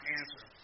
answer